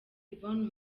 yvonne